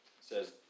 says